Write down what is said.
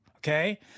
Okay